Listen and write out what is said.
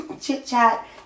Chit-chat